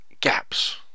gaps